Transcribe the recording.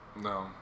No